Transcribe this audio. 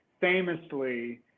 famously